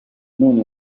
non